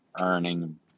earning